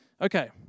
Okay